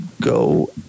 go